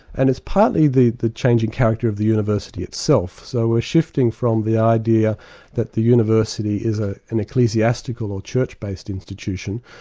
and it's partly the the changing character of the university itself. so we're shifting from the idea that the university is ah an ecclesiastical or church-based institution,